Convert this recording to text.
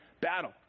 battle